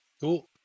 cool